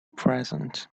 present